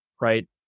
right